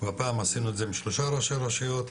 הפעם עשינו את זה עם שלושה ראשי רשויות,